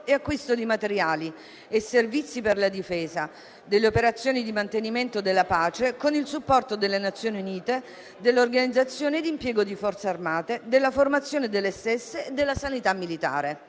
e acquisto di materiali e servizi per la difesa, delle operazioni di mantenimento della pace con il supporto delle Nazioni Unite, dell'organizzazione ed impiego di Forze armate, della formazione delle stesse e della sanità militare.